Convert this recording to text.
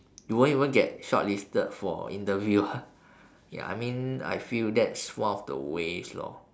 you won't even get shortlisted for interview ah ya I mean I feel that's one of the ways lor